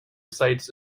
sites